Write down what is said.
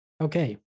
Okay